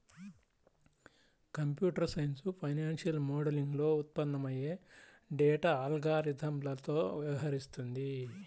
computer science financial మోడలింగ్లో ఉత్పన్నమయ్యే data అల్గారిథమ్లతో వ్యవహరిస్తుంది